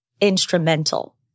instrumental